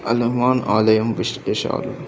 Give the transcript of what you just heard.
అల్వాన్ ఆలయం విశేషాలు